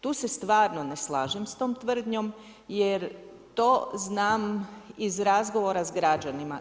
Tu se stvarno ne slažem s tom tvrdnjom jer to znam iz razgovora sa građanima.